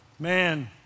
Man